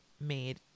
made